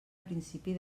principi